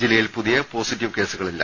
ജില്ലയിൽ പുതിയ പോസിറ്റീവ് കേസുകളില്ല